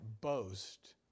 boast